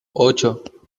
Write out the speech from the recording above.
ocho